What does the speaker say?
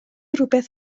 rywbeth